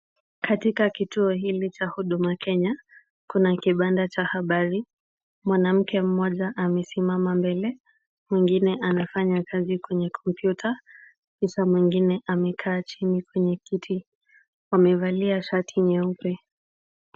Katika kituo hili cha huduma Kenya, kuna kibanda cha habari. Mwanamke mmoja amesimama mbele, mwingine anafanya kazi kwenye kompyuta, kisha mwingine amekaa chini kwenye kiti. Wamevalia shati nyeupe.